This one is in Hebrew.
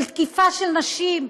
של תקיפה של נשים.